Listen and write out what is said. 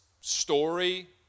story